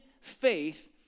faith